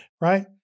right